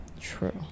True